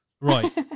Right